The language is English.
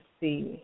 see